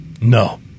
No